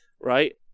right